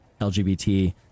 LGBT